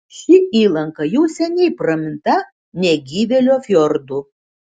ši įlanka jau seniai praminta negyvėlio fjordu